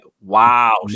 wow